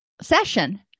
session